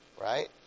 right